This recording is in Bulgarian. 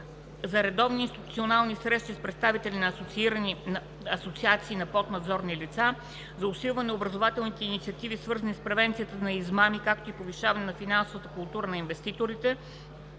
за редовни институционализирани срещи с представители на асоциации на поднадзорните лица; за засилване на образователните инициативи, свързани с превенцията на измами, както и за повишаване на финансовата култура на инвеститорите;